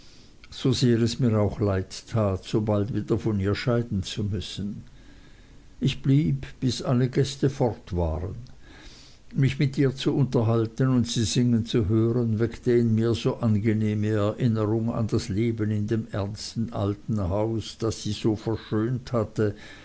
so sehr es mir auch leid tat sobald wieder von ihr scheiden zu müssen ich blieb bis alle gäste fort waren mich mit ihr zu unterhalten und sie singen zu hören weckte in mir so angenehme erinnerung an das leben in dem ernsten alten haus das sie so verschönt hatte